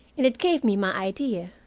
and it gave me my idea.